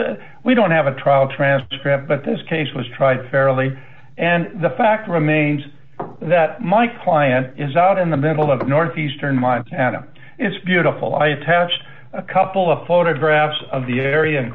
test we don't have a trial transcript but this case was tried fairly and the fact remains that my client is out in the middle of northeastern montana it's beautiful i attached a couple of photographs of the area